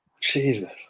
Jesus